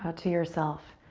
ah to yourself,